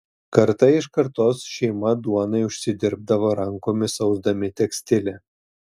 karta iš kartos šeima duonai užsidirbdavo rankomis ausdami tekstilę